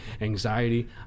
anxiety